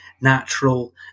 natural